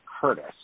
Curtis